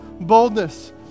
boldness